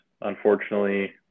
Unfortunately